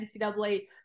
NCAA